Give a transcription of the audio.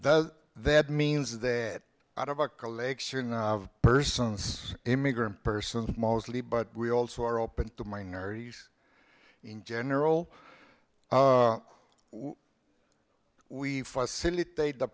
does that means that out of a collection of persons immigrant persons mostly but we also are open to minorities in general we've facilitate the